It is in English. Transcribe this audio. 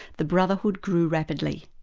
the brotherhood grew rapidly.